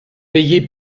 payé